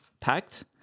packed